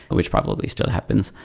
which probably still happens,